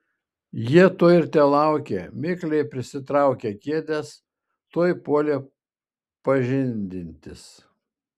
jie to ir telaukė mikliai prisitraukę kėdes tuoj puolė pažindintis